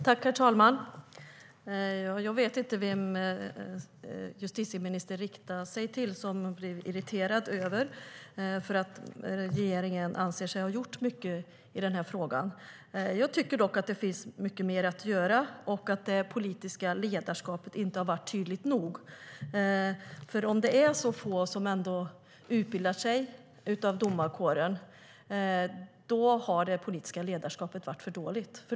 Herr talman! Jag vet inte vem justitieministern riktade sig till och som hon blev irriterad över. Regeringen anser sig ha gjort mycket i den här frågan. Jag tycker dock att det finns mycket mer att göra och att det politiska ledarskapet inte har varit tydligt nog. Om det är så få som utbildar sig i domarkåren har det politiska ledarskapet varit för dåligt.